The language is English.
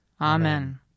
Amen